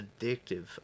addictive